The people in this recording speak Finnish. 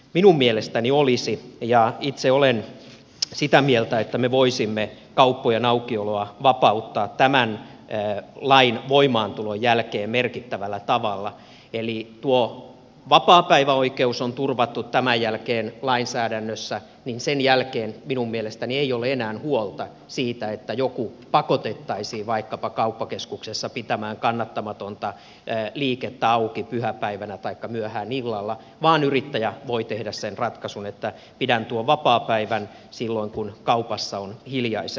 minun mielestäni olisi ja itse olen sitä mieltä että me voisimme kauppojen aukioloa vapauttaa tämän lain voimaantulon jälkeen merkittävällä tavalla eli kun tuo vapaapäiväoikeus on turvattu tämän jälkeen lainsäädännössä sen jälkeen minun mielestäni ei ole enää huolta siitä että joku pakotettaisiin vaikkapa kauppakeskuksessa pitämään kannattamatonta liikettä auki pyhäpäivänä taikka myöhään illalla vaan yrittäjä voi tehdä sen ratkaisun että pidän tuon vapaapäivän silloin kun kaupassa on hiljaisempaa